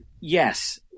yes